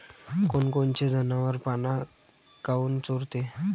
कोनकोनचे जनावरं पाना काऊन चोरते?